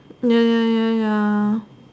ya ya ya ya